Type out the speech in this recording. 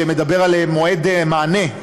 שמדבר על מועד מענה,